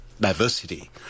diversity